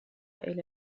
إلى